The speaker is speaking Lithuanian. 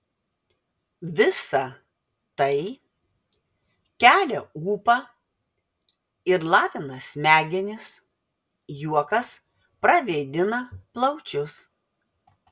visa tai kelia ūpą ir lavina smegenis juokas pravėdina plaučius